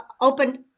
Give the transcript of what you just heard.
opened